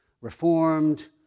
reformed